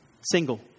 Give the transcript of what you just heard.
single